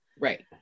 Right